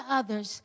others